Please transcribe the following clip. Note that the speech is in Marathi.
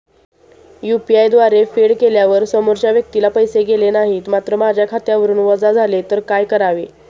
यु.पी.आय द्वारे फेड केल्यावर समोरच्या व्यक्तीला पैसे गेले नाहीत मात्र माझ्या खात्यावरून वजा झाले तर काय करावे?